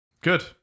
Good